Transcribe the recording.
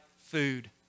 food